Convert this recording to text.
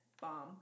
Bomb